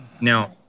Now